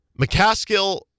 McCaskill